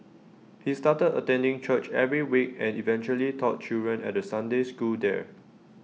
he started attending church every week and eventually taught children at the Sunday school there